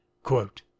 Quote